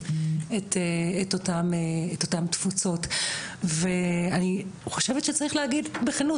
את אותם תפוצות ואני חושבת שצריך להגיד בכנות,